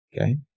Okay